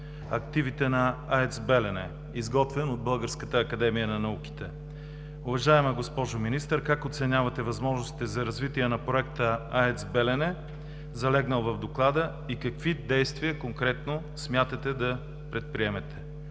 активите на АЕЦ „Белене“, изготвен от Българската академия на науките. Уважаема госпожо Министър, как оценявате възможностите за развитие на Проекта АЕЦ „Белене“, залегнал в доклада, и какви действия конкретно смятате да предприемете?